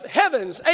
heavens